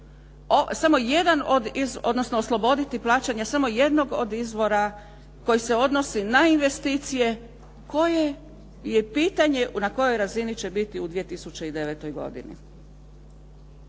samo jednog od izvora koji se odnosi na investcije, koji je pitanje na kojoj razini će biti u 2009. godini.